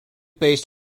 based